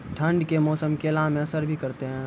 ठंड के मौसम केला मैं असर भी करते हैं?